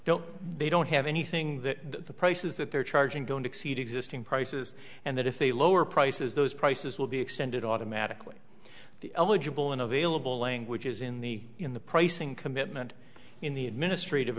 don't they don't have anything that the prices that they're charging don't exceed existing prices and that if they lower prices those prices will be extended automatically the eligible in available languages in the in the pricing commitment in the administrative